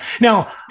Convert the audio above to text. Now